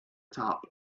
top